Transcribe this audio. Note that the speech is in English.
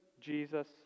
Jesus